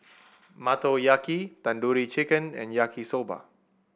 Motoyaki Tandoori Chicken and Yaki Soba